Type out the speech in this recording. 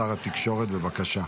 שר התקשורת, בבקשה.